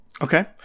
Okay